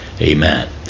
Amen